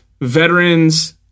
veterans